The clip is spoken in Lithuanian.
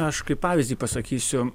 aš kaip pavyzdį pasakysiu